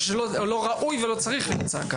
אני חושב שלא ראוי ולא צריך להיות צעקה.